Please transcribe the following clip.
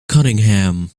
cunningham